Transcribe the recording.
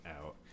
out